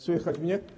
Słychać mnie?